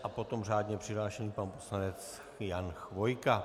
A potom řádně přihlášený pan poslanec Jan Chvojka.